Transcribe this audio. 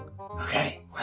Okay